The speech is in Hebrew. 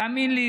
תאמין לי,